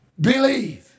Believe